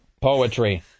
Poetry